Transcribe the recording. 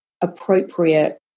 appropriate